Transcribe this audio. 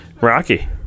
Rocky